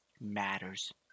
matters